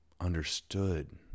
understood